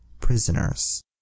prisoners